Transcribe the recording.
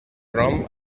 nom